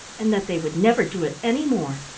and that they would never do it any more,